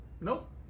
nope